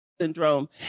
syndrome